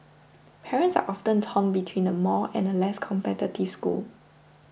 parents are often torn between a more and a less competitive school